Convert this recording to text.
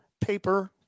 paper